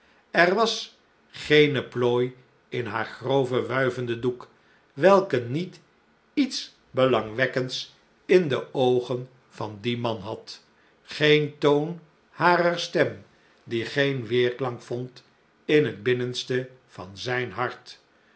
er was geene plooi in haar groven wuivenden doek welke niet iets belangwekkends in de oogen van dien man had geen toon harer stem die geen weerklank vond in het binnenste van zijn hart